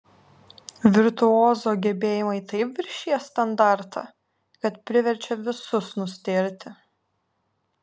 virtuozo gebėjimai taip viršija standartą kad priverčia visus nustėrti